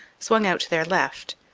swung out to their left,